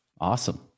Awesome